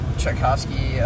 Tchaikovsky